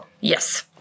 Yes